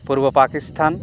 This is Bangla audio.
পূর্ব পাকিস্তান